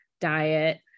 diet